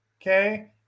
Okay